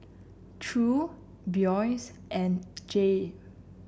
Ture Boyce and Jay